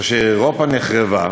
כאשר אירופה נחרבה,